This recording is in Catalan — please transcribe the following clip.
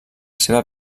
seva